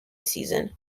season